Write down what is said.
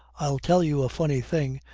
i'll tell you a funny thing,